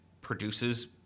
produces